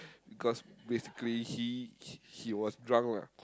because basically he he he was drunk lah